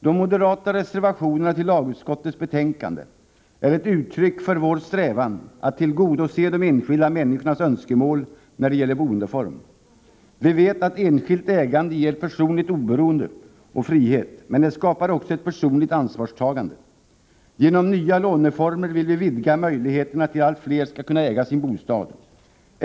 De moderata reservationerna till lagutskottets betänkande är ett uttryck för vår strävan att tillgodose de enskilda människornas önskemål när det gäller boendeform. Vi vet att enskilt ägande ger personligt oberoende och frihet, men det skapar också ett personligt ansvarstagande. Genom nya låneformer vill vi vidga möjligheterna att äga sin bostad till allt fler.